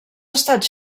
estats